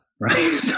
right